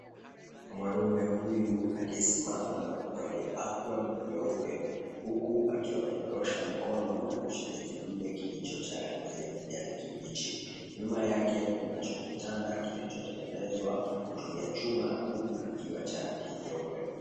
Mwanaume huyu aliyesimama na kuvalia apron nyeupe, huku akiwa amenyorosha mkono na kushika kidude kilicho cha rangi ya kijani kibichi. Nyuma yake kunacho kitanda kilichotengenezwa kutumia chuma huku kikiwa cha rangi nyeupe.